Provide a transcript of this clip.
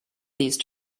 these